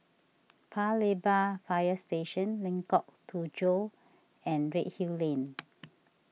Pa Lebar Fire Station Lengkok Tujoh and Redhill Lane